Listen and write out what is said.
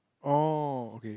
oh okay